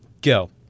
go